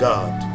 God